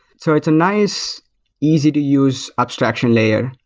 so it's a nice easy to use abstraction layer.